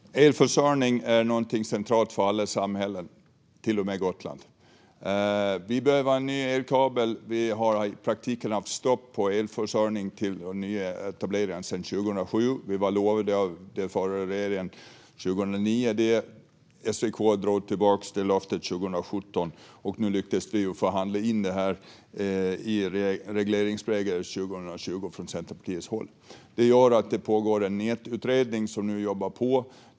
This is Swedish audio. Fru talman! Elförsörjning är någonting centralt för alla samhällen, till och med Gotland. Vi behöver ha en ny elkabel. Vi har i praktiken haft stopp på elförsörjning till nya etableringar sedan 2007. Vi var lovade det av den förra regeringen 2009, men Svenska kraftnät drog tillbaka det löftet 2017. Nu lyckades vi från Centerpartiets håll förhandla in det i regleringsbrevet för 2020. Det gör att det nu pågår en nätutredning som jobbar på.